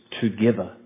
together